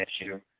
issue